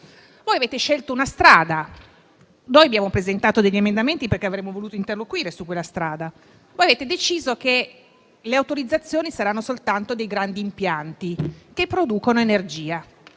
voi avete scelto una certa strada. Noi abbiamo presentato degli emendamenti perché avremmo voluto interloquire su quella strada. Voi avete deciso che le autorizzazioni saranno soltanto dei grandi impianti che producono energia,